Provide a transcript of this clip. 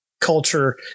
culture